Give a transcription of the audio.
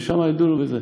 ושם ידונו בזה.